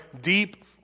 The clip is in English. Deep